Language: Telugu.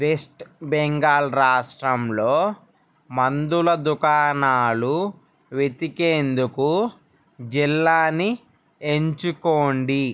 వెస్ట్ బెంగాల్ రాష్ట్రంలో మందుల దుకాణాలు వెతికేందుకు జిల్లాని ఎంచుకోండి